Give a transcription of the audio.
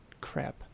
crap